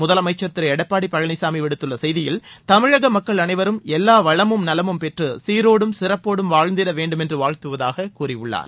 முதலமைச்சர் திரு எடப்பாடி பழனிசாமி விடுத்துள்ள செய்தியில் தமிழக மக்கள் அனைவரும் எல்லா வளமும் நலமும் பெற்று சீரோடும் சிறப்போடும் வாழ்ந்திட வேண்டுமென்று வாழ்த்துவதாக கூறியுள்ளார்